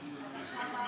נכון.